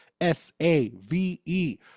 s-a-v-e